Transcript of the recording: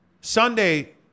Sunday